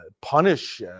punish